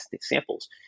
samples